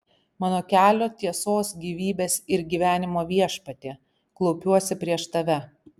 mano kelio tiesos gyvybės ir gyvenimo viešpatie klaupiuosi prieš tave